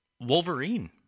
Wolverine